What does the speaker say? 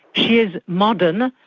she is modern,